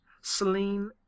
Celine